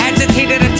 Agitated